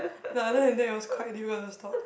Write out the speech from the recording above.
but other than that it was quite difficult to stalk